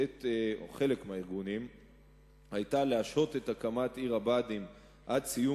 חלק מהארגונים הירוקים היתה להשהות את הקמת עיר הבה"דים עד סיום